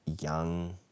young